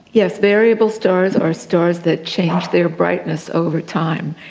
yes, variable stars are stars that change their brightness over time.